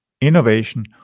innovation